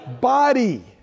Body